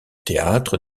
théâtre